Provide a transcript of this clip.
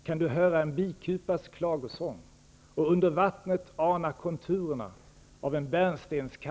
kan du höra en bikupas klagosång och under vattnet ana konturerna